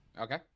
Okay